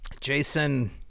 jason